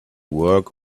work